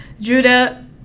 Judah